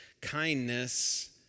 kindness